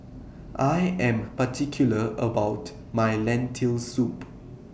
I Am particular about My Lentil Soup